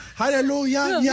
hallelujah